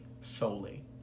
solely